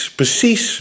precies